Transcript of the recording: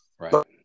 Right